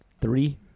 three